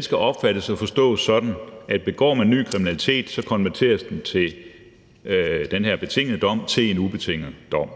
skal opfattes og forstås sådan, at hvis man begår en ny kriminalitet, så konverteres den her betingede dom til en ubetinget dom.